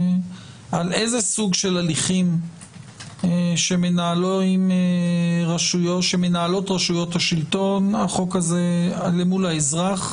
על איזה סוג של הליכים שמנהלות רשויות השלטון למול האזרח